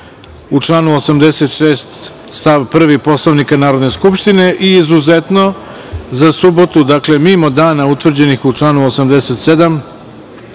u članu 86. stav 1. Poslovnika Narodne skupštine i izuzetno za subotu, dakle mimo dana utvrđenih u članu 87.